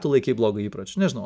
tu laikei blogu įpročiu nežinau